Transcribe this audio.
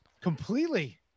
Completely